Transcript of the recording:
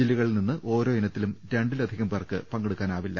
ജില്ലകളിൽ നിന്ന് ഓരോ ഇനത്തിലും രണ്ടിലധികം പേർക്ക് പങ്കെടുക്കാനാവില്ല